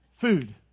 Food